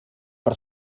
per